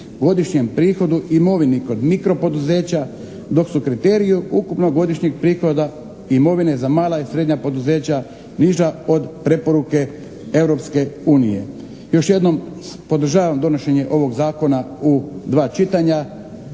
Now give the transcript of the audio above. godišnjem prihodu, imovini kod mikro poduzeća dok su kriteriji ukupnog godišnjeg prihoda imovine za mala i srednja poduzeća niža od preporuke Europske unije. Još jednom podržavam donošenje ovog zakona u dva čitanja.